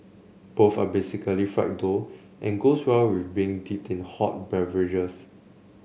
both are basically fried dough and goes well with being dipped in hot beverages